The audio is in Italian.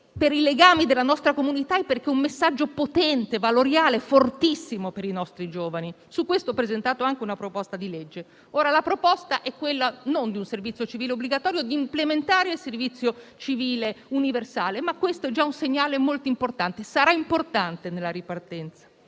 per i legami della nostra comunità e perché è un messaggio valoriale potente, fortissimo per i nostri giovani. Su questo ho presentato anche un disegno di legge. La proposta non è quella di un servizio civile obbligatorio, ma di implementare il servizio civile universale, che sarebbe già un segnale molto importante e sarà importante nella ripartenza.